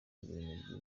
ibintu